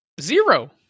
Zero